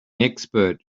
expert